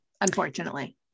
Unfortunately